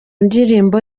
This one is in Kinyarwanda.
ndirimbo